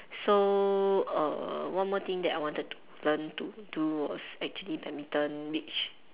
so err one more thing that I wanted to learn to do was actually badminton which